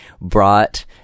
brought